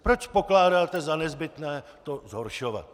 Proč pokládáte za nezbytné to zhoršovat?